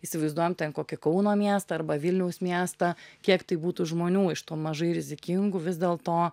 įsivaizduojam ten kokį kauno miestą arba vilniaus miestą kiek tai būtų žmonių iš to mažai rizikingų vis dėlto